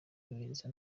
yohereza